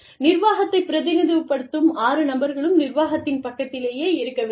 நிர்வாகத்தைப் பிரதிநிதித்துவப்படுத்தும் ஆறு நபர்களும் நிர்வாகத்தின் பக்கத்திலேயே இருக்க வேண்டும்